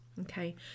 Okay